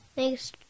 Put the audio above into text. Thanks